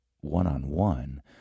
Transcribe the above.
one-on-one